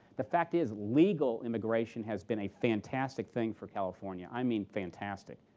the fact is, legal immigration has been a fantastic thing for california, i mean, fantastic.